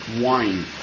wine